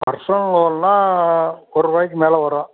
personal லோன்னா ஒரு ரூபாய்க்கு மேலே வரும்